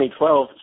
2012